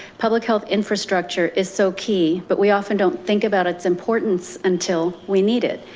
public health infrastructure is so key, but we often don't think about its importance until we need it.